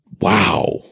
wow